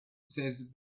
says